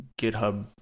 GitHub